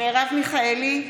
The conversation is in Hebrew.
מרב מיכאלי,